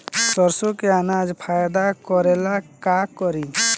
सरसो के अनाज फायदा करेला का करी?